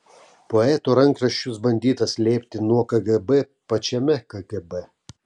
poeto rankraščius bandyta slėpti nuo kgb pačiame kgb